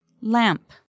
Lamp